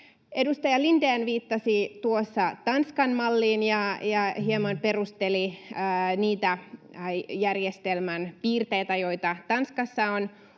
Edustaja Lindén viittasi tuossa Tanskan malliin ja hieman perusteli niitä järjestelmän piirteitä, joita Tanskassa on